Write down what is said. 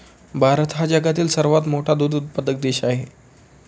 भारत हा जगातील सर्वात मोठा दूध उत्पादक देश आहे